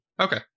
Okay